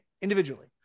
individually